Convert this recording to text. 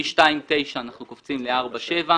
מ-2.9 אנחנו קופצים ל-4.7.